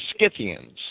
Scythians